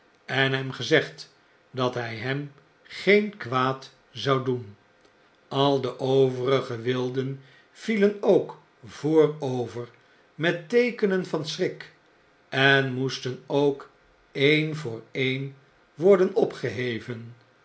en hem gezegd dat hjj hem geen kwaad zou doen al de overige wilden vielen ook voorover met teekenen van schrik en moesten ook een voor een worden opgeheven